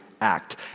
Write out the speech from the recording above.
act